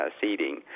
seeding